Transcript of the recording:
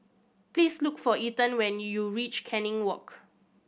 please look for Ethen when you reach Canning Walk